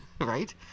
Right